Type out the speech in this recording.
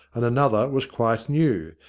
and another was quite new,